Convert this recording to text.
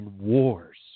wars